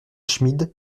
schmid